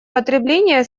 потребления